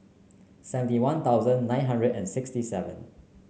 seventy One Thousand nine hundred and sixty seven